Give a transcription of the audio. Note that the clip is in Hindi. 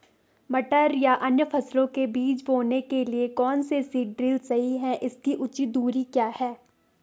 मटर या अन्य फसलों के बीज बोने के लिए कौन सा सीड ड्रील सही है इसकी उचित दूरी क्या है?